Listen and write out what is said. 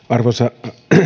arvoisa